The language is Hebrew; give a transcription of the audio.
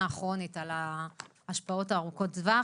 הכרונית על ההשפעות ארוכות הטווח,